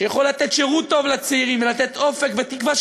שיכול לתת שירות טוב לצעירים ולתת אופק ותקווה,